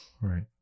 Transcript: Right